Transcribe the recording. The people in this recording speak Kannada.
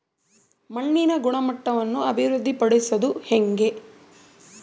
ಮಣ್ಣಿನ ಗುಣಮಟ್ಟವನ್ನು ಅಭಿವೃದ್ಧಿ ಪಡಿಸದು ಹೆಂಗೆ?